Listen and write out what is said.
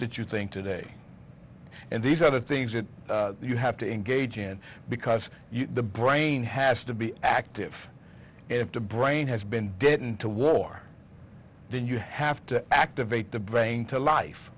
doest you think today and these are the things that you have to engage in because the brain has to be active if the brain has been dead into war then you have to activate the brain to life